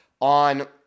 on